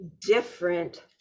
different